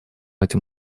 этим